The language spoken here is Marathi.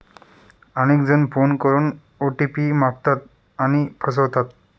अनेक जण फोन करून ओ.टी.पी मागतात आणि फसवतात